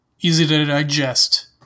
easy-to-digest